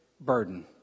burden